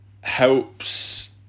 helps